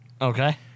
Okay